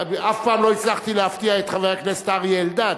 אף פעם לא הצלחתי להפתיע את חבר הכנסת אריה אלדד.